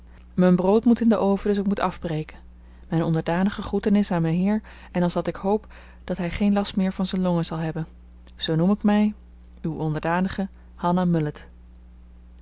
men brood moet in den oven dus moet ik afbreke mijn onderdanige groetenis aan meheer en alsdat ik hoop dat hij geen las meer van zen longe zal hebbe zoo noem ik mij u onderdanige hanna